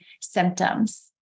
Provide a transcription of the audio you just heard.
symptoms